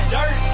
Dirt